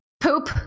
poop